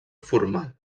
formal